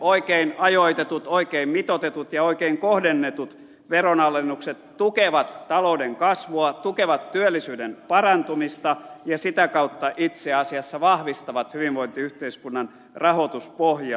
oikein ajoitetut oikein mitoitetut ja oikein kohdennetut veronalennukset tukevat talouden kasvua tukevat työllisyyden parantumista ja sitä kautta itse asiassa vahvistavat hyvinvointiyhteiskunnan rahoituspohjaa